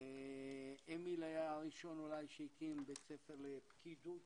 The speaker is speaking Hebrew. אמיל היה הראשון אולי שהקים בית ספר לפקידות